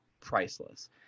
priceless